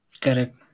correct